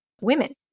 women